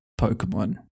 Pokemon